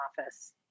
office